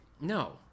No